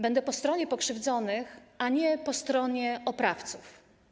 Będę stała po stronie pokrzywdzonych, a nie po stronie oprawców.